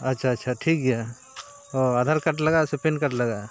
ᱟᱪᱪᱷᱟ ᱟᱪᱪᱷᱟ ᱴᱷᱤᱠ ᱜᱮᱭᱟ ᱚ ᱟᱫᱷᱟᱨ ᱠᱟᱨᱰ ᱞᱟᱜᱟᱜᱼᱟ ᱥᱮ ᱯᱮᱱ ᱠᱟᱨᱰ ᱞᱟᱜᱟᱜᱼᱟ